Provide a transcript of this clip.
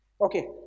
Okay